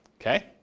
Okay